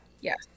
Yes